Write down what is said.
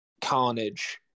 carnage